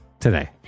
today